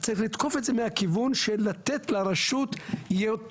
צריך לתקוף את זנה מהכיוון של לתת לרשות יותר